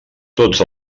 tots